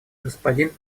господин